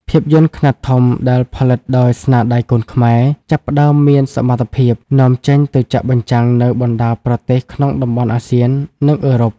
ភាពយន្តខ្នាតធំដែលផលិតដោយស្នាដៃកូនខ្មែរ ចាប់ផ្តើមមានសមត្ថភាពនាំចេញទៅចាក់បញ្ចាំងនៅបណ្តាប្រទេសក្នុងតំបន់អាស៊ាន និងអឺរ៉ុប។